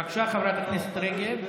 בבקשה, חברת הכנסת רגב.